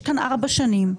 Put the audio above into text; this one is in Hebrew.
יש כאן ארבע שנים,